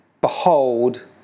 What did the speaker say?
Behold